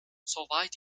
soweit